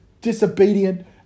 disobedient